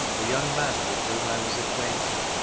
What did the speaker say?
a young man with whom i was acquainted,